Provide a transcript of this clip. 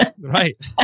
Right